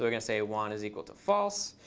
going to say won is equal to false.